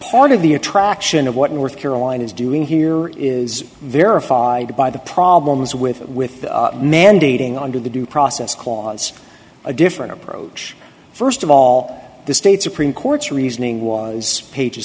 part of the attraction of what north carolina is doing here is verified by the problems with with mandating under the due process clause a different approach first of all the state supreme court's reasoning was pages